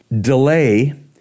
Delay